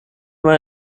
war